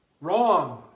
Wrong